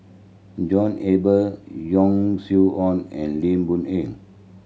John Eber Yong Su Ong and Lim Boon Eng